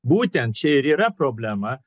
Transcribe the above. būtent čia ir yra problema